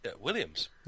Williams